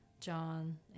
John